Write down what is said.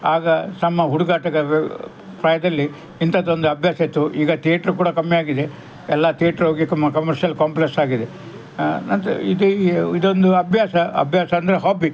ಆಗ ನಮ್ಮ ಹುಡುಗಾಟಗಾರ್ರ ಪ್ರಾಯದಲ್ಲಿ ಇಂಥದ್ದೊಂದು ಅಭ್ಯಾಸ ಇತ್ತು ಈಗ ಥಿಯೇಟ್ರ್ ಕೂಡ ಕಮ್ಮಿಯಾಗಿದೆ ಎಲ್ಲಾ ಥಿಯೇಟ್ರ್ ಹೋಗಿ ಕಮ ಕಮರ್ಷಿಯಲ್ ಕಾಂಪ್ಲೆಕ್ಸ್ ಆಗಿದೆ ಅದ ಇದ ಇದೊಂದು ಅಭ್ಯಾಸ ಅಭ್ಯಾಸ ಅಂದರೆ ಹಾಬಿ